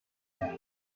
down